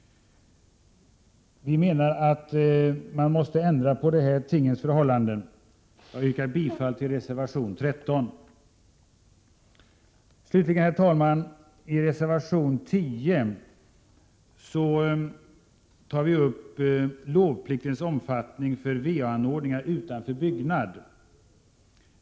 Vi menar att man måste ändra på detta tingens förhållande. Jag yrkar bifall till reservation 13. Slutligen, herr talman, tar vi i reservation 10 upp lovpliktens omfattning för va-anordningar utanför byggnad.